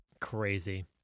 crazy